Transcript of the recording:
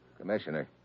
Commissioner